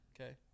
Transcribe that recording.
okay